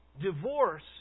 Divorce